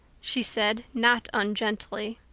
she said not ungently.